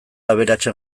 aberatsen